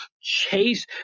chase